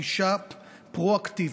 גישה פרואקטיבית.